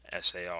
SAR